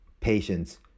patience